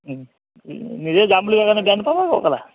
নিজে যাম বুলি কোৱা কাৰণে বেয়া নাপাবা আকৌ কেলা